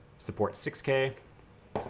supports six k.